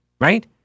right